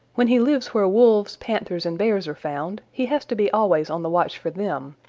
when he lives where wolves, panthers and bears are found, he has to be always on the watch for them.